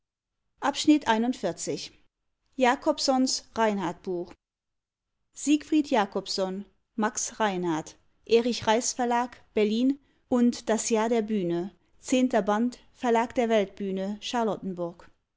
volks-zeitung jakobs reinhard buch siegfried jacobsohn max reinhardt erich reiß verlag berlin und das jahr der bühne x band verlag der weltbühne charlottenburg